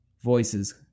voices